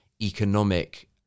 economic